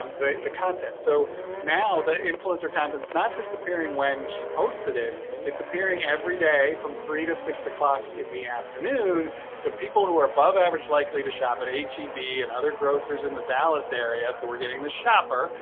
um the the content. so now the influencer contents, not just appearing when she posted it it's appearing every day from three to six o'clock in the afternoon. jim tobin to people who are above average likely to shop at hgtv and other grocers in the dallas area. so we're getting the shopper.